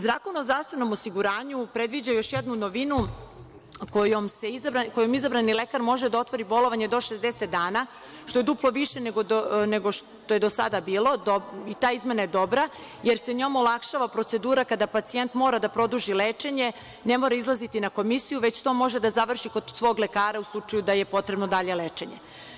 Zakon o zdravstvenom osiguranju predviđa još jednu novinu kojom izabrani lekar može da otvori bolovanje do 60 dana, što je duplo više, nego što je do sada bilo i ta izmena je dobra, jer se njom olakšava procedura, kada pacijent mora da produži lečenje, ne mora izlaziti na komisiju, već to može da završi kod svog lekara u slučaju da je potrebno dalje lečenje.